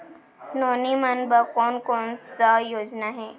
नोनी मन बर कोन कोन स योजना हे?